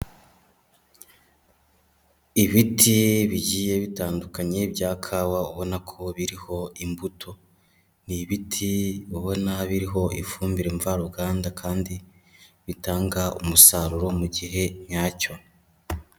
Ibiti bigiye bitandukanye bya kawa ubona ko biriho imbuto, ni ibiti ubona biriho ifumbire mvaruganda kandi bitanga umusaruro mu gihe nyacyo.